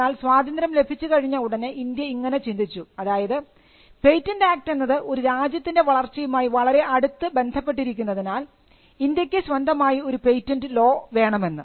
എന്നാൽ സ്വാതന്ത്ര്യം ലഭിച്ചു കഴിഞ്ഞ ഉടനെ ഇന്ത്യ ഇങ്ങനെ ചിന്തിച്ചു അതായത് പേറ്റന്റ് ആക്ട് എന്നത് ഒരു രാജ്യത്തിൻറെ വളർച്ചയുമായി വളരെ അടുത്ത് ബന്ധപ്പെട്ടിരിക്കുന്നതിനാൽ ഇന്ത്യക്ക് സ്വന്തമായി ഒരു പേറ്റന്റ് ലോ വേണമെന്ന്